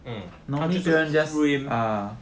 mm 他就是不会推